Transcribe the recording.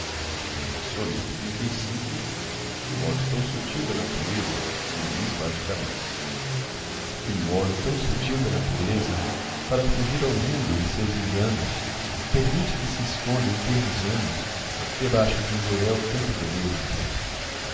obra agradecemos sua compreensão que modo tão sutil da natureza para fugir ao mundo e seus enganos permite que se esconda em tenros anos debaixo de um burel tanta beleza